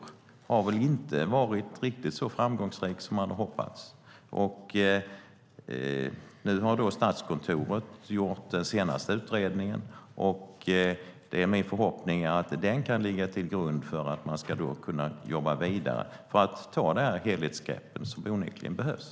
De har väl inte varit riktigt så framgångsrika som man hade hoppats. Nu har Statskontoret gjort den senaste utredningen, och det är min förhoppning att den kan ligga till grund för att man ska kunna jobba vidare och ta det helhetsgrepp som onekligen behövs.